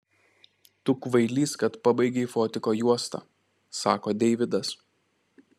tu kvailys kad pabaigei fotiko juostą sako deividas